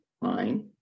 fine